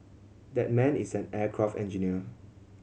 that man is an aircraft engineer